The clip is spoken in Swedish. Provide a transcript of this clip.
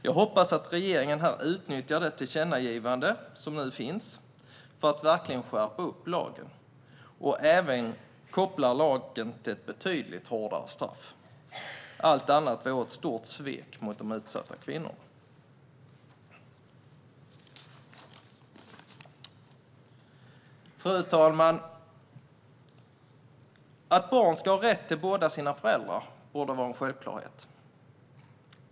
Jag hoppas att regeringen här utnyttjar det tillkännagivande som nu finns för att verkligen skärpa lagen och även kopplar lagen till ett betydligt hårdare straff. Allt annat vore ett stort svek mot de utsatta kvinnorna. Fru talman! Att barn ska ha rätt till båda sina föräldrar borde vara en självklarhet.